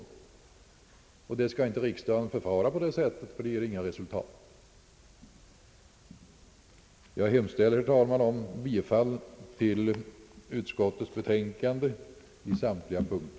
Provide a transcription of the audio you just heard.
Riksdagen skall inte förfara på detta sätt — det ger inget resultat. Herr talman! Jag hemställer om bifall till utskottets hemställan under samtliga punkter.